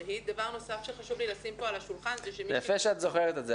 דבר שני שחשוב לי לשים פה על השולחן --- יפה שאת זוכרת את זה.